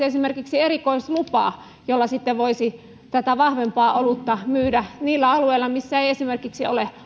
esimerkiksi erikoislupa jolla sitten voisi tätä vahvempaa olutta myydä niillä alueilla missä ei esimerkiksi ole